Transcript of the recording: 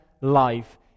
life